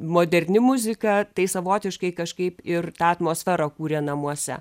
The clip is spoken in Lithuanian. moderni muzika tai savotiškai kažkaip ir tą atmosferą kūrė namuose